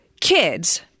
kids